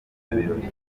birori